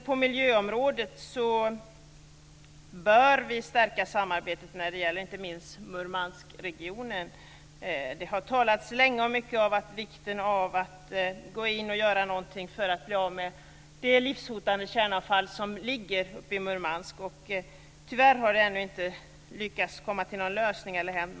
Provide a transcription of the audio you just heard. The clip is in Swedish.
På miljöområdet bör vi stärka samarbetet, inte minst i Murmanskregionen. Det har talats länge och mycket om vikten av att göra något för att bli av med det livshotande kärnavfall som finns uppe i Murmansk. Tyvärr har problemet ännu inte fått en lösning, och ingenting har hänt.